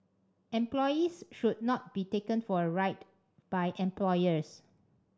employees should not be taken for a ride by employers